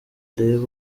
ureba